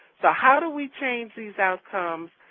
so how do we change these outcomes?